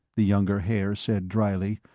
the younger haer said dryly.